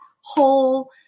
whole